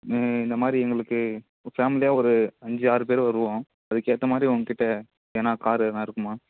இந்த மாதிரி எங்களுக்கு ஃபேம்லியாக ஒரு அஞ்சு ஆறு பேர் வருவோம் அதுக்கேற்ற மாதிரி உங்க கிட்ட எதனா கார் எதனா இருக்குமா